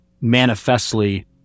manifestly